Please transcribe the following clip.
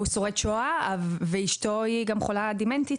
שהוא שורד שואה, ואשתו היא גם חולה דמנטית.